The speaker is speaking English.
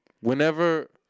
Whenever